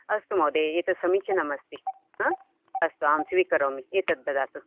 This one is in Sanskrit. अस्तु महोदय एतद् समीचीनम् अस्ति हा अस्तु अहं स्वीकरोमि एतद् ददातु